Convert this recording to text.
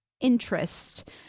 interest